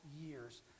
years